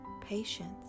patience